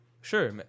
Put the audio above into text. Sure